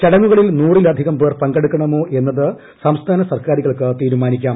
ചടങ്ങുകളിൽ നൂറിലധികം പേർ പങ്കെടുക്കണമോ എന്നത് സംസ്ഥാന സർക്കാരുകൾക്ക് തീരുമാനിക്കാം